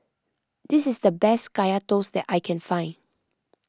this is the best Kaya Toast that I can find